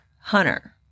hunter